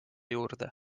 juurde